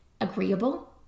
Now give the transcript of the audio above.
agreeable